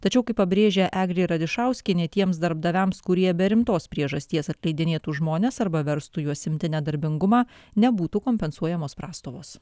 tačiau kaip pabrėžia eglė radišauskienė tiems darbdaviams kurie be rimtos priežasties atleidinėtų žmones arba verstų juos imti nedarbingumą nebūtų kompensuojamos prastovos